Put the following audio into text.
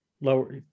lower